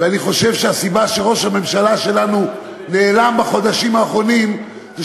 ואני חושב שהסיבה שראש הממשלה שלנו נעלם בחודשים האחרונים זה